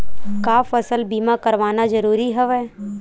का फसल बीमा करवाना ज़रूरी हवय?